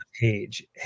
page